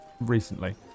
recently